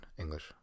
English